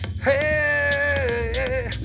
Hey